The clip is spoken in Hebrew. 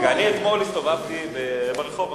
הסתובבתי אתמול ברחוב,